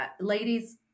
ladies